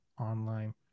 online